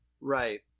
Right